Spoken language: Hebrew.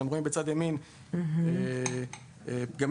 אתם רואים בצד ימין של המצגת את הפגמים